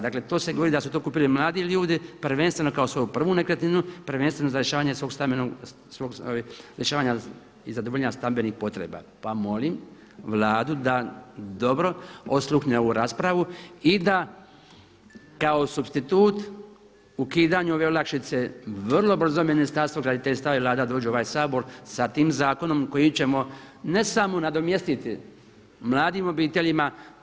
Dakle, to se govori da su to kupili mladi ljudi prvenstveno kao svoju prvu nekretninu, prvenstveno za rješavanje svog stambenog, rješavanja i zadovoljenja stambenih potreba pa molim Vladu da dobro osluhne ovu raspravu i da kao supstitut ukidanju ove olakšice vrlo brzo Ministarstvo graditeljstva i Vlada dođu u ovaj Sabor sa tim zakonom koji ćemo ne samo nadomjestiti mladim obiteljima.